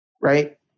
right